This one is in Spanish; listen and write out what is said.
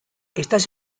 estás